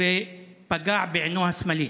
ופגע בעינו השמאלית,